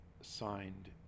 signed